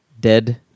Dead